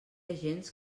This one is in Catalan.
agents